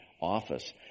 office